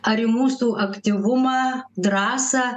ar į mūsų aktyvumą drąsą